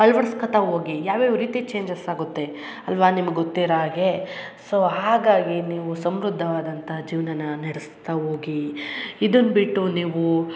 ಅಳ್ವಡ್ಸ್ಕತಾ ಹೋಗಿ ಯಾವ ಯಾವ ರೀತಿ ಚೇಂಜಸ್ ಆಗುತ್ತೆ ಅಲ್ಲವಾ ನಿಮ್ಗೆ ಗೊತ್ತಿರೋ ಹಾಗೆ ಸೊ ಹಾಗಾಗಿ ನೀವು ಸಮೃದ್ಧವಾದಂಥ ಜೀವನನ ನಡ್ಸ್ತಾ ಹೋಗಿ ಇದನ್ನು ಬಿಟ್ಟು ನೀವು